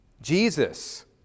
Jesus